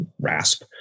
RASP